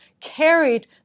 carried